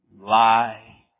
Lie